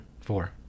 Four